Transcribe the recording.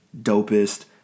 dopest